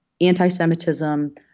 anti-Semitism